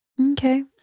okay